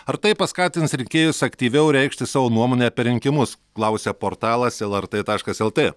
ar tai paskatins rinkėjus aktyviau reikšti savo nuomonę per rinkimus klausia portalas lrt taškas lt